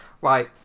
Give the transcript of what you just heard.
right